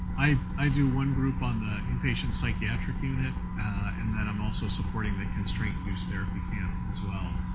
i i do one group on the in-patient psychiatric unit and then i'm also supporting the constraint-induced therapy camp as well.